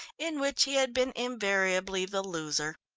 in which he had been invariably the loser.